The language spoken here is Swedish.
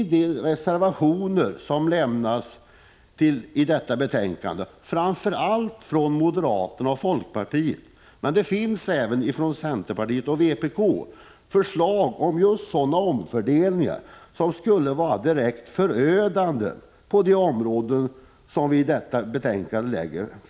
I de reservationer som har fogats vid detta betänkande — framför allt från moderaterna och folkpartiet men även från centern och vpk — finns förslag till omfördelningar som skulle vara direkt förödande på de områden som det gäller.